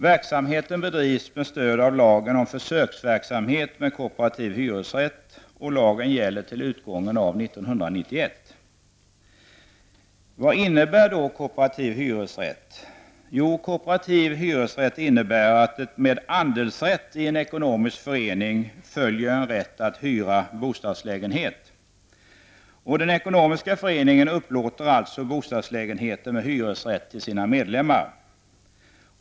Verksamheten bedrivs med stöd av lagen om försöksverksamhet med kooperativ hyresrätt. Kooperativ hyresrätt innebär att det med andelsrätt i en ekonomisk förening följer en rätt att hyra bostadslägenhet. Den ekonomiska föreningen upplåter alltså bostadslägenheter med hyresrätt till sina medlemmar.